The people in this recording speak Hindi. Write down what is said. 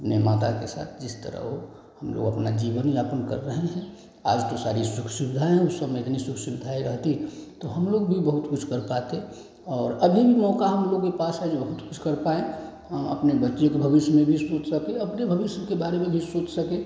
अपनी माता के साथ जिस तरह हो हमलोग अपना जीवन यापन कर रहे हैं आज तो सारी सुख सुविधाएँ हैं उस समय इतनी सुख सुविधाएँ रहतीं तो हमलोग भी बहुत कुछ कर पाते और अभी भी मौका हमलोग के पास है जो बहुत कुछ कर पाएँ अपने बच्चे के भविष्य में भी सोच सकें अपने भविष्य के बारे में भी सोच सकें